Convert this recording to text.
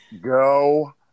go